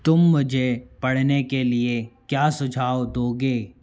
तुम मुझे पढ़ने के लिए क्या सुझाव दोगे